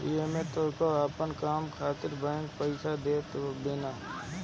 एमे तोहके अपन काम खातिर बैंक पईसा देत बिया